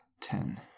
ten